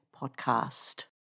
Podcast